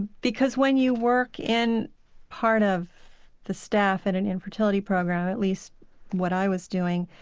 because when you work in part of the staff at an infertility program, at least what i was doing,